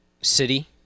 city